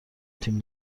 تیم